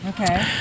Okay